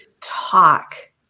talk